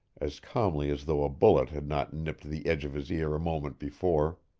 as calmly as though a bullet had not nipped the edge of his ear a moment before.